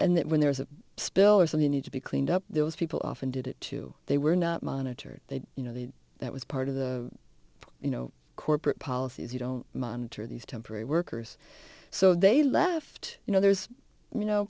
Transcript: that when there was a spill or something need to be cleaned up those people often did it too they were not monitored they you know that was part of the you know corporate policy is you don't monitor these temporary workers so they left you know there's you know